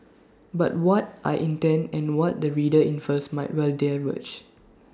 but what I intend and what the reader infers might well diverge